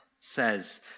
says